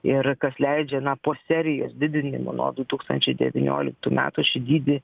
ir kas leidžia na po serijos didinimo nuo du tūkstančiai devynioliktų metų šį dydį